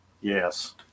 Yes